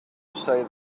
say